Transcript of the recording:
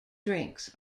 drinks